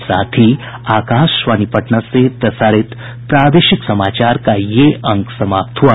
इसके साथ ही आकाशवाणी पटना से प्रसारित प्रादेशिक समाचार का ये अंक समाप्त हुआ